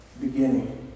beginning